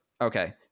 Okay